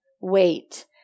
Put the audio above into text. Wait